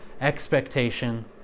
expectation